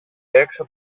έξω